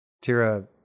Tira